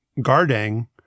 guarding